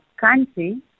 country